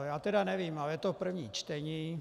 Já tedy nevím, ale je to první čtení.